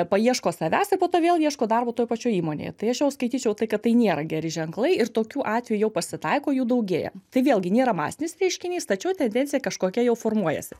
paieško savęs ir po to vėl ieško darbo toj pačioj įmonėje tai aš jau skaityčiau tai kad tai nėra geri ženklai ir tokių atvejų jau pasitaiko jų daugėja tai vėlgi nėra masinis reiškinys tačiau tendencija kažkokia jau formuojasi